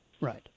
Right